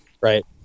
Right